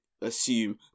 assume